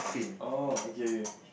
oh okay okay